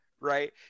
right